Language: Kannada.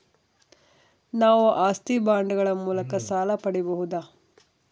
ನಾವು ಆಸ್ತಿ ಬಾಂಡುಗಳ ಮೂಲಕ ಸಾಲ ಪಡೆಯಬಹುದಾ?